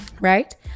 right